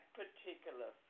particular